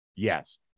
Yes